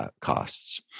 costs